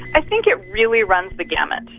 i think it really runs the gamut.